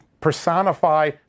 personify